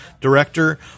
director